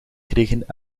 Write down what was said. kregen